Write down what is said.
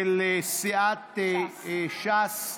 של סיעת ש"ס,